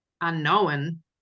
unknown